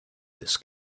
this